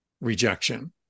rejection